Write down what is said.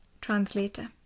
Translator